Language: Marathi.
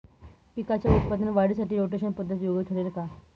पिकाच्या उत्पादन वाढीसाठी रोटेशन पद्धत योग्य ठरेल का?